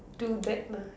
do that lah